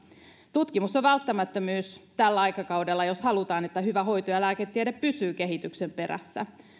tutkimus on välttämättömyys tällä aikakaudella jos halutaan että hyvä hoito ja lääketiede pysyvät kehityksen perässä